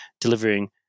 delivering